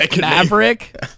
Maverick